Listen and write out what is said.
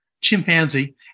chimpanzee